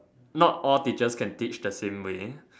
not all teachers can teach the same way